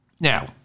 Now